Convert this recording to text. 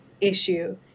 issue